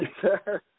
sir